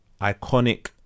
Iconic